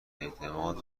اعتماد